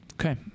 Okay